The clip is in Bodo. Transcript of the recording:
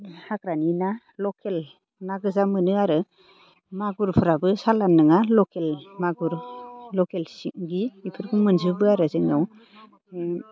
हाग्रानि ना लकेल नागोजा मोनो आरो मागुरफोराबो सालानि नङा लकेल मागुर लकेल सिंगि बेफोरखो मोनजोबो आरो जोंनाव